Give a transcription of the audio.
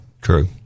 True